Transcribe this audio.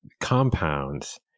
compounds